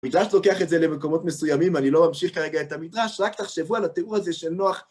מדרש לוקח את זה למקומות מסוימים, אני לא אמשיך כרגע את המדרש, רק תחשבו על התיאור הזה של נוח.